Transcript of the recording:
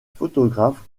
photographes